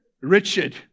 Richard